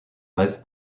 rêve